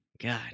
God